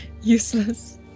useless